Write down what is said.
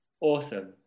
Awesome